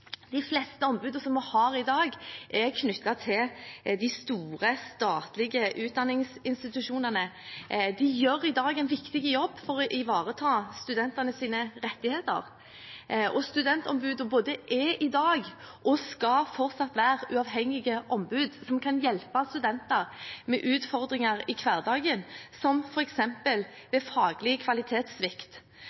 De fleste ombudene vi har i dag, er knyttet til de store statlige utdanningsinstitusjonene. De gjør i dag en viktig jobb for å ivareta studentenes rettigheter. Studentombudet er i dag, og skal fortsatt være, et uavhengig ombud som kan hjelpe studenter med utfordringer i hverdagen, som f.eks. ved svikt i faglig